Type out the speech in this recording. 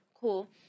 Cool